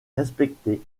respecté